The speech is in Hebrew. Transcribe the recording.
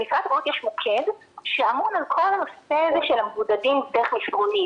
במשרד הבריאות יש מוקד שאמון על כל הנושא של המבודדים דרך מסרונים,